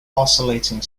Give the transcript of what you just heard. oscillating